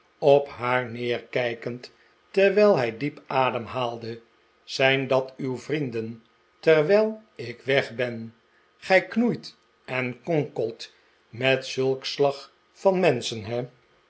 op haar neerkijkend terwijl hij diep ademhaalde zijn dat uw vrienden terwijl ik weg ben gij knoeit en konkelt met zulk slag van menschen he